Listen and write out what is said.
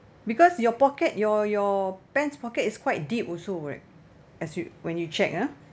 because your pocket your your pants pocket is quite deep also right as you when you check ah